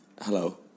Hello